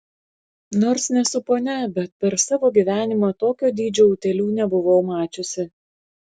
nors nesu ponia bet per savo gyvenimą tokio dydžio utėlių nebuvau mačiusi